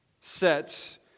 sets